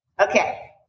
Okay